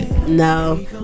No